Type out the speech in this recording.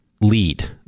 lead